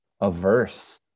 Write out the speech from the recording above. averse